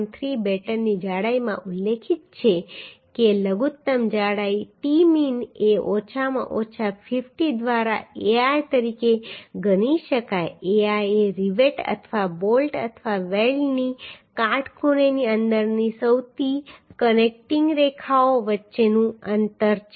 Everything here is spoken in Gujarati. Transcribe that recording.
3 બેટનની જાડાઈમાં ઉલ્લેખિત છે કે લઘુત્તમ જાડાઈ tmin એ ઓછામાં ઓછા 50 દ્વારા ai તરીકે ગણી શકાય ai એ રિવેટ અથવા બોલ્ટ અથવા વેલ્ડની કાટખૂણેની અંદરની સૌથી કનેક્ટિંગ રેખાઓ વચ્ચેનું અંતર છે